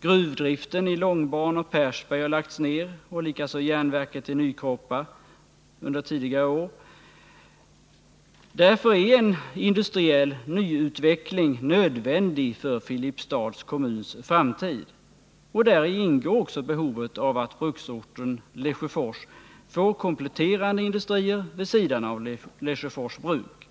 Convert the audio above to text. Gruvdriften i Långban och Persberg har lagts ner, likaså järnverket i Nykroppa, under tidigare år. En industriell utveckling är därför nödvändig för Filipstads kommuns framtid. Där ingår också behovet av att bruksorten 65 Lesjöfors får kompletterande industrier vid sidan av Lesjöfors bruk.